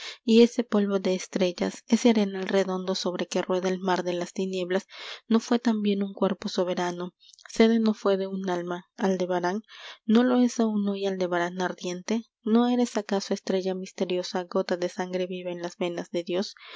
y ese polvo de estrellas ese arenal redondo sobre que rueda el mar de las tinieblas no fué también un cuerpo soberano sede no fué de un alma aldebarán no lo es aún hoy aldebarán ardiente no eres acaso estrella misteriosa gota de sangre viva en las venas de dios